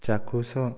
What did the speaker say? ଚାକ୍ଷୁଷ